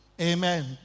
Amen